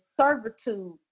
servitude